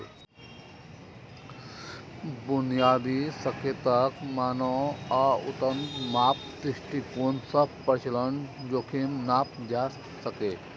बुनियादी संकेतक, मानक आ उन्नत माप दृष्टिकोण सं परिचालन जोखिम नापल जा सकैए